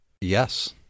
Yes